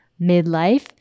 midlife